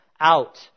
out